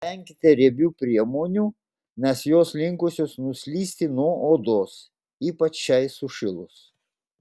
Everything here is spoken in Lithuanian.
venkite riebių priemonių nes jos linkusios nuslysti nuo odos ypač šiai sušilus